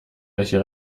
welche